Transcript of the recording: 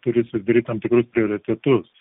turi susidaryt tam tikrus prioritetus